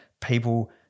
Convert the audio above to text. people